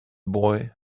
boy